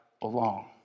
belong